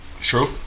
True